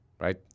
right